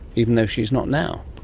even though she is not now.